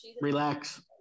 relax